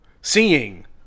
seeing